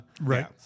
Right